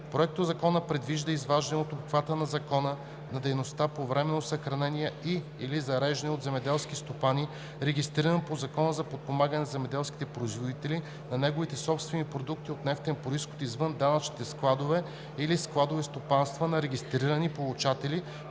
Проектозаконът предвижда изваждане от обхвата на закона на дейността по временно съхранение и/или зареждане от земеделски стопанин, регистриран по Закона за подпомагане на земеделските производители, на негови собствени продукти от нефтен произход извън данъчни складове или складови стопанства на регистрирани получатели